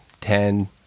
Ten